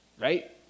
Right